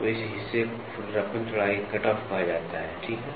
तो इस हिस्से को खुरदरापन चौड़ाई कटऑफ कहा जाता है ठीक है